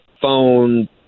phone